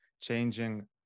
changing